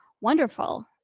wonderful